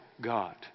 God